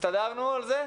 עדי ורחלי, הסתדרנו על זה?